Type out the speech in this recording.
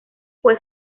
fue